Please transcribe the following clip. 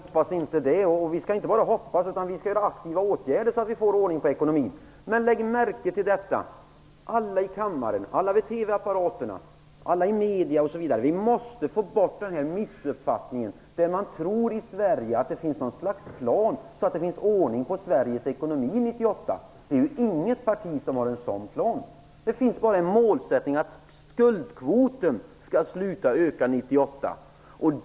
Herr talman! Vem hoppas inte det? Vi skall inte bara hoppas utan vi skall genom aktiva åtgärder få ordning på ekonomin. Men, och lägg märke till detta alla i kammaren, alla vid TV-apparaterna, alla i medierna, osv. -: vi måste få bort en missuppfattning. Man tror i Sverige att det finns något slags plan så att det blir ordning på Sveriges ekonomi år 1998. Det finns inget parti som har en sådan plan. Det finns bara en målsättning att skuldkvoten skall sluta öka år 1998.